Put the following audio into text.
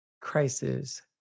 crisis